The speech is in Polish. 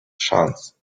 szans